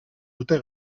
dute